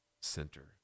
Center